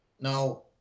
No